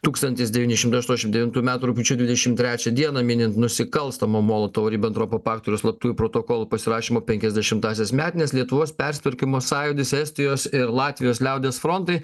tūkstantis devyni šimtai aštuoniasdešimt devintų metų rugpjūčio dvidešimt trečią dieną minint nusikalstamo molotovo ribentropo pakto ir slaptųjų protokolų pasirašymo penkiasdešimtąsias metines lietuvos persitvarkymo sąjūdis estijos ir latvijos liaudies frontai